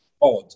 odd